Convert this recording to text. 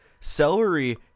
Celery